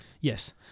Yes